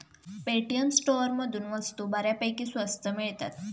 Paytm स्टोअरमधून वस्तू बऱ्यापैकी स्वस्त मिळतात